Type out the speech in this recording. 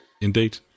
Indeed